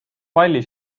palli